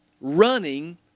running